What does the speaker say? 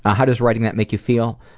ah how does writing that make you feel?